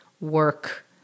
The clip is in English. work